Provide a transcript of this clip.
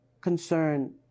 concern